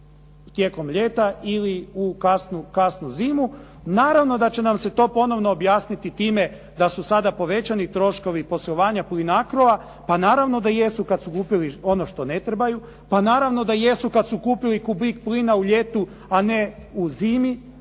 tijekom ljeta ili u kasnu zimu. Naravno da će nam se to ponovno objasniti time da su sada povećani troškovi poslovanja Plinacro-a. Pa naravno da jesu kada su kupili ono što ne trebaju, pa naravno da jesu kada su kupili kubik plina u ljetu, a ne u zimi,